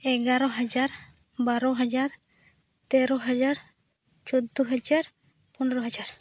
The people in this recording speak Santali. ᱮᱜᱟᱨᱚ ᱦᱟᱡᱟᱨ ᱵᱟᱨᱚ ᱦᱟᱡᱟᱨ ᱛᱮᱨᱚ ᱦᱟᱡᱟᱨ ᱪᱚᱫᱽᱫᱚ ᱦᱟᱡᱟᱨ ᱯᱚᱱᱮᱨᱚ ᱦᱟᱡᱟᱨ